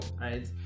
right